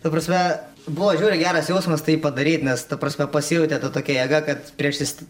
ta prasme buvo žiauriai geras jausmas tai padaryt nes ta prasme pasijautė ta tokia jėga kad prieš sis